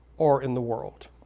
or in the world.